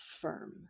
firm